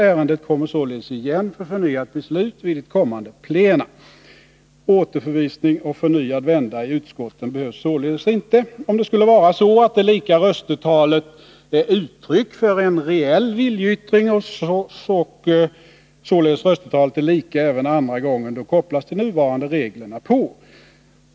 Ärendet kommer således igen för förnyat beslut vid ett kommande plenum. Återförvisning och förnyad vända i utskottet behövs således inte. Om det skulle vara så att det lika röstetalet är ett uttryck för en reell viljeyttring och således röstetalet är lika även andra gången, då kopplas de nuvarande reglerna på.